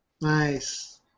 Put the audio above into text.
nice